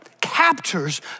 captures